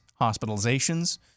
hospitalizations